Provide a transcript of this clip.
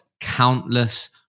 countless